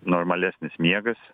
normalesnis miegas